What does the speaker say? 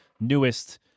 newest